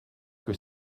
que